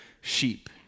sheep